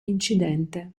incidente